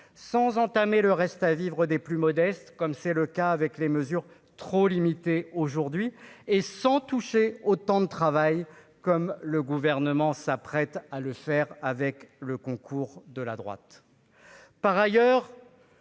sans entamer le reste à vivre des plus modestes, comme c'est le cas avec les mesures trop limité aujourd'hui et sans toucher au temps de travail, comme le gouvernement s'apprête à le faire avec le concours de la droite, par ailleurs,